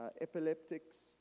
epileptics